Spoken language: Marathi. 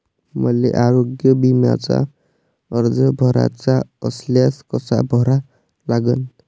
मले आरोग्य बिम्याचा अर्ज भराचा असल्यास कसा भरा लागन?